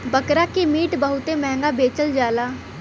बकरा के मीट बहुते महंगा बेचल जाला